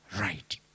right